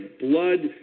blood